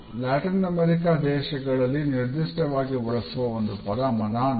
Latin America ದೇಶಗಳಲ್ಲಿ ನಿರ್ದಿಷ್ಟವಾಗಿ ಬಳಸುವ ಒಂದು ಪದ ಮನಾನಾ